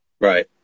Right